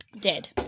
Dead